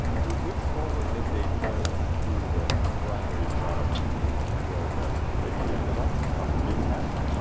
so it will forward the data to the primary shard where that i d. landed on after being hashed.